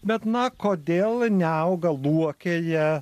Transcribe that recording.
bet na kodėl neauga luokėje